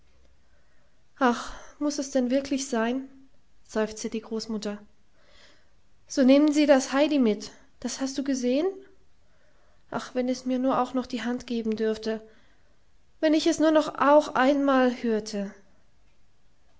muß es denn wirklich sein seufzte die großmutter so nehmen sie das heidi mit das hast du gesehen ach wenn es mir nur auch noch die hand geben dürfte wenn ich es nur auch noch einmal hörte